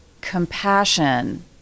compassion